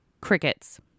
Crickets